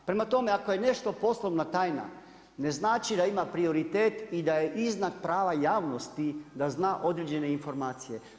Prema tome, ako je nešto poslovna tajna, ne znači da ima prioritet i da je iznad prava javnosti da zna određene informacije.